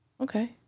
Okay